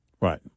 Right